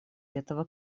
этого